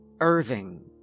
Irving